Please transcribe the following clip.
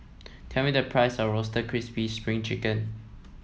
tell me the price of Roasted Crispy Spring Chicken